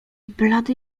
blady